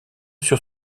sur